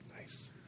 Nice